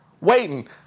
waiting